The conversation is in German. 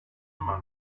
immer